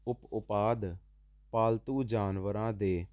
ਉਪ ਉਪਾਧ ਪਾਲਤੂ ਜਾਨਵਰਾਂ ਦੇ